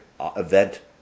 event